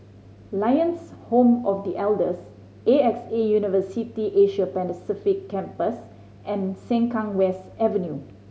Lions Home of The Elders A X A University the Asia Pacific Campus and Sengkang West Avenue